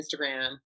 Instagram